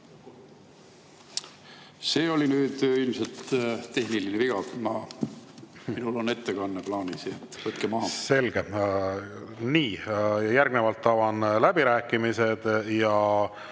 See oli nüüd ilmselt tehniline viga. Minul on ettekanne plaanis, nii et võtke maha. Selge. Järgnevalt avan läbirääkimised.